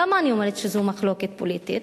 למה אני אומרת שזו מחלוקת פוליטית?